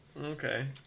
okay